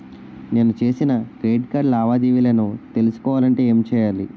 నేను చేసిన credit card లావాదేవీలను తెలుసుకోవాలంటే ఏం చేయాలి?